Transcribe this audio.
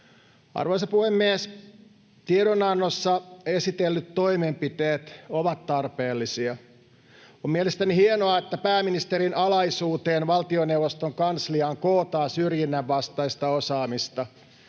Arvoisa puhemies! Tiedonannossa esitellyt toimenpiteet ovat tarpeellisia. On mielestäni hienoa, että pääministerin alaisuuteen valtioneuvoston kansliaan kootaan syrjinnän vastaista osaamista.